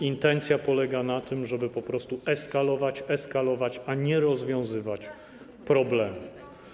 Intencja polega na tym, żeby po prostu eskalować, eskalować, a nie rozwiązywać problemy.